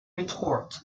retort